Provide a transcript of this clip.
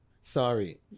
sorry